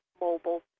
mobile